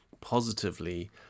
positively